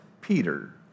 Peter